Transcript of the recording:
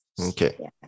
Okay